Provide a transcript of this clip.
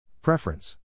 preference